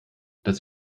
das